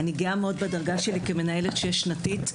אני גאה מאוד בדרגה שלי כמנהלת שש שנתית.